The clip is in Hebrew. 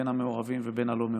בין המעורבים ובין הלא-מעורבים.